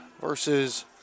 versus